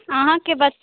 अहाँकेँ बच्चा